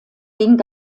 ging